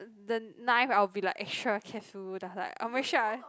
the knife I will be like extra careful like I'll make sure I